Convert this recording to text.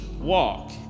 walk